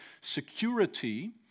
security